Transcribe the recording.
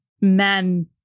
men